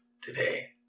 today